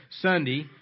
Sunday